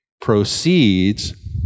proceeds